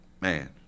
man